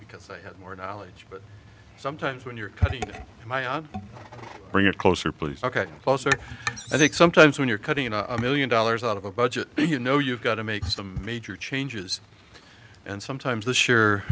because they had more knowledge but sometimes when you're cutting my own bring it closer please ok also i think sometimes when you're cutting a million dollars out of a budget you know you've got to make some major changes and sometimes th